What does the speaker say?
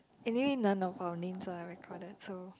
anyway none of our names are recorded so